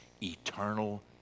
eternal